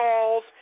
calls